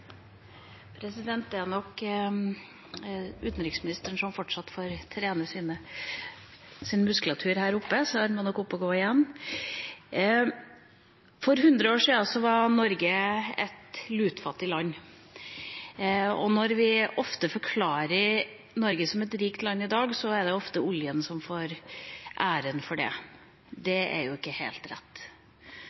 nok utenriksministeren som fortsatt får trene sin muskulatur her oppe, han må nok opp og gå igjen. For hundre år siden var Norge et lutfattig land, og når vi forklarer Norge som et rikt land i dag, er det ofte oljen som får æren for det. Det er ikke helt rett.